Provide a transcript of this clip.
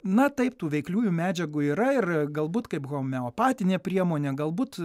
na taip tų veikliųjų medžiagų yra ir galbūt kaip homeopatinė priemonė galbūt